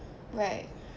right